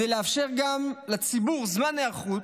וכדי לאפשר גם לציבור זמן היערכות,